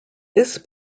this